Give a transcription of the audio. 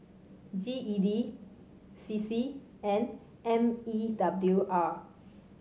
G E D C C and M E W R